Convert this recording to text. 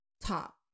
top